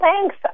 thanks